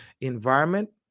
environment